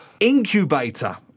Incubator